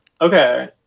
Okay